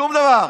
שום דבר.